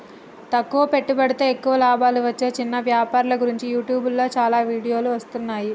తక్కువ పెట్టుబడితో ఎక్కువ లాభాలు వచ్చే చిన్న వ్యాపారుల గురించి యూట్యూబ్లో చాలా వీడియోలు వస్తున్నాయి